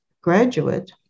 graduate